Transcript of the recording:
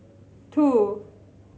two